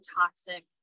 toxic